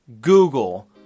Google